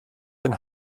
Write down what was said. den